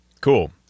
Cool